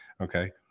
Okay